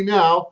now